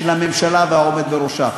של הממשלה והעומד בראשה.